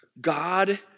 God